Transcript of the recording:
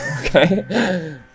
Okay